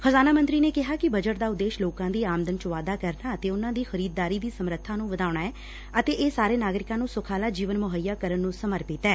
ਖ਼ਜਾਨਾ ਮੰਤਰੀ ਨੇ ਕਿਹਾ ਕਿ ਬਜਟ ਦਾ ਉਦੇਸ਼ ਲੌਕਾ ਦੀ ਆਮਦਨ ਚ ਵਾਧਾ ਕਰਨਾ ਅਤੇ ਉਨ੍ਨਾਂ ਦੀ ਖਰੀਦਦਾਰੀ ਦੀ ਸਮਰੱਬਾ ਨ੍ੰ ਵਧਾਉਣਾ ਐ ਅਤੇ ਇਹ ਸਾਰੇ ਨਾਗਰਿਕਾਂ ਨ੍ੰ ਸੁਖਾਲਾ ਜੀਵਨ ਮੁਹੱਈਆ ਕਰਨ ਨੂੰ ਸਮਰਪਿਤ ਐ